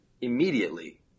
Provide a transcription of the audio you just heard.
immediately